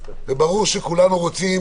ברור שכולנו רוצים